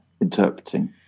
interpreting